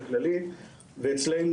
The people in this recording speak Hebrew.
זה הכל ביחד.